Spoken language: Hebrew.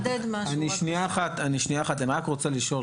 אני רק רוצה לשאול.